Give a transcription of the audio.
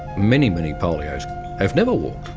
many, many polios have never walked.